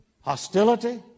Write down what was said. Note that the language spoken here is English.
hostility